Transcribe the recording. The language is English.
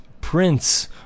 prince